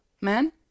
man